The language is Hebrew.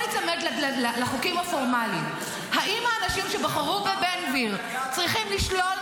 בואו ניצמד לחוקים הפורמליים -- בן גביר מפלגה